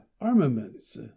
armaments